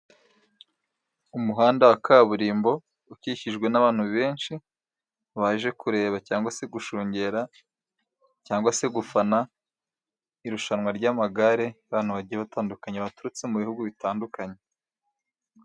Umuhanda wa kaburimbo ukikijwe n'abantu benshi, baje kureba cyangwa se gushungera cyangwa se gufana irushanwa ry'amagare y'abantu bagiye batandukanye baturutse mu bihugu bitandukanye.